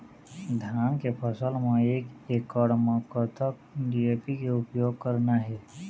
धान के फसल म एक एकड़ म कतक डी.ए.पी के उपयोग करना हे?